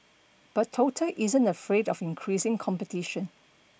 but Total isn't afraid of increasing competition